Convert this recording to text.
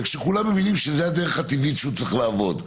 כשכולם מבינים שזאת הדרך הטבעית שהוא צריך לעבוד.